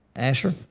asher.